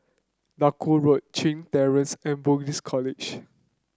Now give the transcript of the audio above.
Duku Road Chin Terrace and Buddhist College